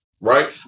Right